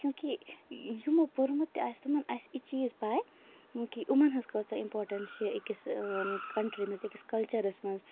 کیوں کہِ یِمو پوٚرمُت تہِ آسہِ تِمن آسہِ یہِ چیٖز پَے کہِ أمَن ۂنز کۭژاہ اِمپارٹینس چھِ أکِس کَنٹری منٛز أکِس کَلچرَس منٛز